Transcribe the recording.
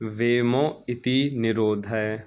वेमो इति निरोध